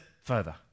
further